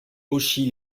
auchy